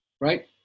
right